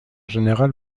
général